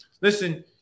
Listen